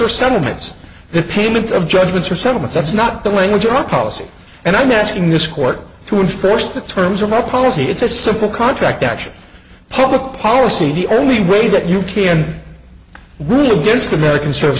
or sentiments the payment of judgments or settlements that's not the language or policy and i'm asking this court to enforce the terms of our policy it's a simple contract actually public policy the only way that you can rule against american service